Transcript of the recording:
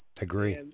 agree